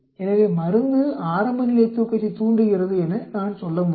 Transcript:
எனவே மருந்து ஆரம்பநிலை தூக்கத்தைத் தூண்டுகிறது என நான் சொல்ல முடியும்